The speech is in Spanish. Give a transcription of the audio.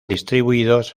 distribuidos